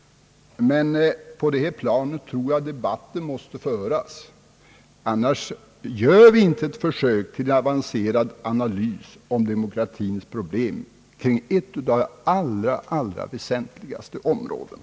Men på det sätt jag gjort tror jag ändå att debatten måste föras, ty i annat fall gör vi intet försök att analysera demokratins problem på ett av de allra väsentligaste områdena.